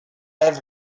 have